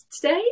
today